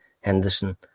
Henderson